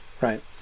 right